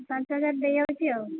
ପାଞ୍ଚହଜାର ଦେଇଆଉଛି ଆଉ